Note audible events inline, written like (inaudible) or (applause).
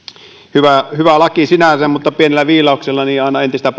hyvä laki sinänsä mutta pienellä viilauksella aina entistä (unintelligible)